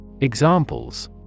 Examples